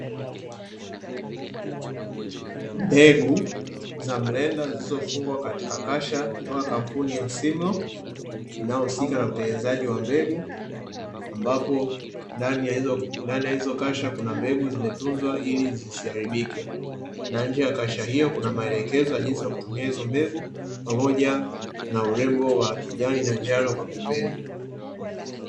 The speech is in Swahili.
Mbegu za mlenda zilizofungwa katika kasha kutoka katika kampuni ya "Simlaw" inayohusika na kutengeneza mbegu, ambapo ndani ya hizo kasha kuna mbegu zimetunzwa; ili siziharibike na nje ya kasha hilo kuna maelekezo ya jinsi ya kutumia hizo mbegu, pamoja na urembo wa kijani na njano kwa pembeni.